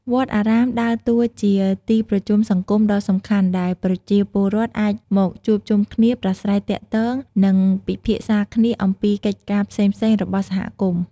វត្តអារាមដើរតួជា ទីប្រជុំសង្គម ដ៏សំខាន់ ដែលប្រជាពលរដ្ឋអាចមកជួបជុំគ្នា ប្រាស្រ័យទាក់ទង និងពិភាក្សាគ្នាអំពីកិច្ចការផ្សេងៗរបស់សហគមន៍។